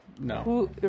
No